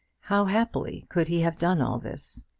how happily could he have done all this!